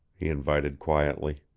he invited quietly.